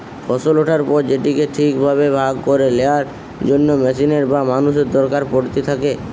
ফসল ওঠার পর সেটিকে ঠিক ভাবে ভাগ করে লেয়ার জন্য মেশিনের বা মানুষের দরকার পড়িতে থাকে